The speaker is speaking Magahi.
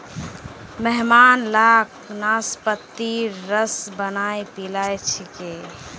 मेहमान लाक नाशपातीर रस बनइ पीला छिकि